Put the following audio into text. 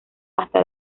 hasta